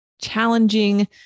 challenging